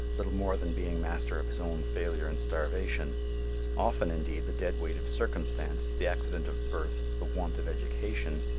little more than being master of his own failure and starvation often indeed the dead weight of circumstance, the accident of birth, the want of education,